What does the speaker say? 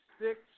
six